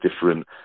different